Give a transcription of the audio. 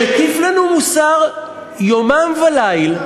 שמטיף לנו מוסר יומם וליל,